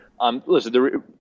Listen